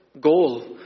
goal